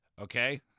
okay